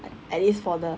at least for the